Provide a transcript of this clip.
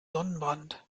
sonnenbrand